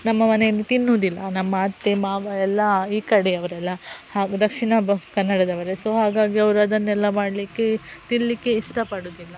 ನಮ್ಮ ಮನೆಯಲ್ಲಿ ತಿನ್ನುವುದಿಲ್ಲ ನಮ್ಮ ಅತ್ತೆ ಮಾವ ಎಲ್ಲ ಈ ಕಡೆಯವರೆಲ್ಲ ಹಾಗೂ ದಕ್ಷಿಣ ಕನ್ನಡದವರೆ ಸೊ ಹಾಗಾಗಿ ಅವರದನ್ನೆಲ್ಲ ಮಾಡಲಿಕ್ಕೆ ತಿನ್ನಲಿಕ್ಕೆ ಇಷ್ಟ ಪಡುವುದಿಲ್ಲ